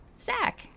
Zach